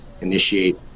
initiate